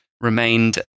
remained